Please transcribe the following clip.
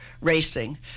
racing